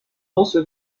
also